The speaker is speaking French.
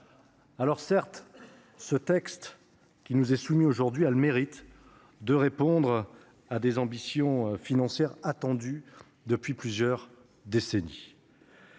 Alors certes, le texte qui nous est soumis aujourd'hui a le mérite de répondre à des ambitions financières datant de depuis plusieurs décennies.